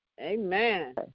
amen